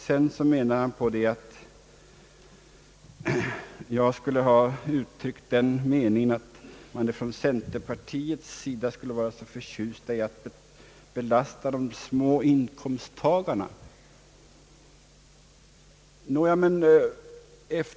Sedan menar han att jag skulle ha uttryckt den meningen att man från centerpartiets sida skulle vara så förtjust i att belasta de små inkomsttagarna.